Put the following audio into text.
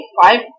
five